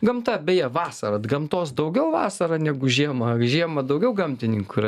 gamta beje vasarą gamtos daugiau vasarą negu žiemą žiemą daugiau gamtininkų yra